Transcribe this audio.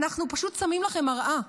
אנחנו פשוט שמים לכם מראה.